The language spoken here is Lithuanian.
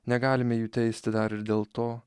negalime jų teisti dar ir dėl to